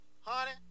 Honey